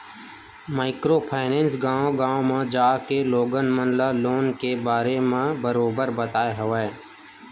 micro finance गाँव गाँव म जाके लोगन मन ल लोन के बारे म बरोबर बताय हवय